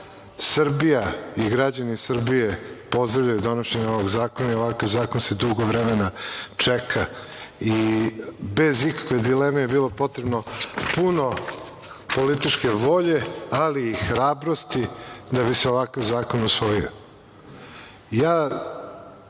Srbija i građani Srbije pozdravljaju donošenje ovog zakona i ovakav zakon se duže vreme čeka i bez ikakve dileme je bilo potrebno puno političke volje, ali i hrabrosti da bi se ovakav zakon